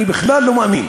אני בכלל לא מאמין.